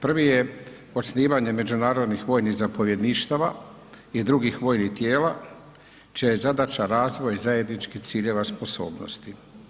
Prvi je ocjenjivanje međunarodnih vojnih zapovjedništava i drugih vojnih tijela čija je zadaća razvoj zajedničkih ciljeva sposobnosti.